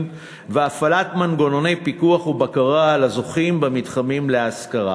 והפעלת מנגנוני פיקוח ובקרה על הזוכים במתחמים להשכרה,